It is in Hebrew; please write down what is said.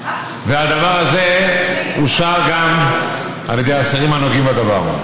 והדבר הזה אושר גם על ידי השרים הנוגעים בדבר.